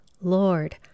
Lord